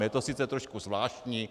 Je to sice trošku zvláštní.